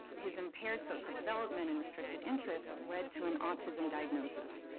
his impaired social development and restricted interests led to an autism diagnosis.